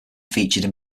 featured